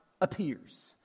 appears